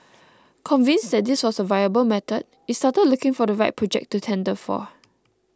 convinced that this was a viable method it started looking for the right project to tender for